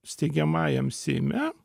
steigiamajam seime